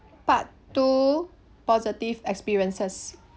part two positive experiences